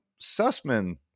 Sussman